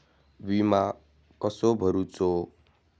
विमा कसो भरूचो?